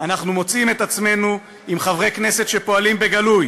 אנחנו מוצאים את עצמנו עם חברי כנסת שפועלים בגלוי